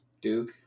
Duke